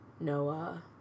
Noah